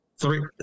Three